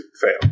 fail